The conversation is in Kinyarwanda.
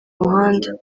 muhanda